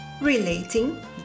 relating